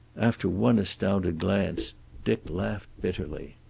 after one astounded glance dick laughed bitterly.